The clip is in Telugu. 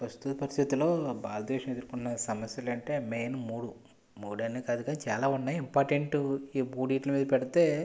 ప్రస్తుత పరిస్థితుల్లో భారతదేశం ఎదుర్కున్న సమస్యలు అంటే మెయిన్ మూడు మూడు అని కాదు కానీ ఇంకా చాలా ఉన్నాయి ఇంపార్టెంట్ ఈ మూడిట్ల మీద పెడితే